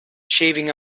shaving